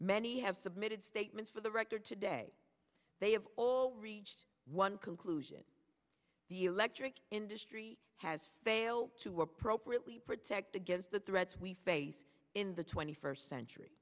many have submitted statements for the record today they have all reached one conclusion the electric industry has failed to appropriately protect against the threats we face in the twenty four century